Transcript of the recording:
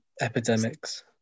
epidemics